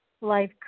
life